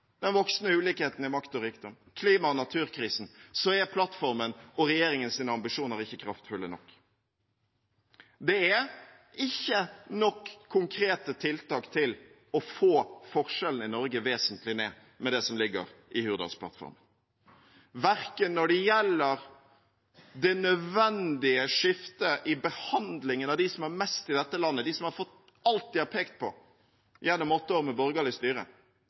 voksende ulikhetene i makt og rikdom, klima- og naturkrisen – er plattformen og regjeringens ambisjoner ikke kraftfulle nok. Det er ikke nok konkrete tiltak til å få forskjellene i Norge vesentlig ned med det som ligger i Hurdalsplattformen, verken når det gjelder det nødvendige skiftet i behandlingen av dem som har mest i dette landet, de som har fått alt de har pekt på gjennom åtte år med borgerlig styre,